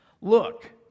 Look